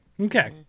Okay